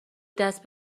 دست